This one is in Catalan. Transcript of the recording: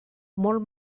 molt